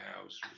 House